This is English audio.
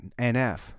NF